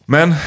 Men